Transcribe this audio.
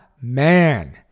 Man